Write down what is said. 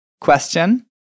question